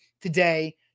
today